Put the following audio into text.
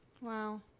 Wow